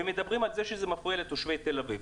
ומדברים על זה שזה מפריע לתושבי תל-אביב.